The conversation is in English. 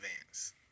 advance